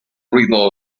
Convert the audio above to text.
ruido